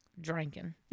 Drinking